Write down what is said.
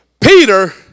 Peter